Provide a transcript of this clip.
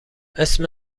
اسم